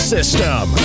system